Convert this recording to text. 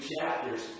chapters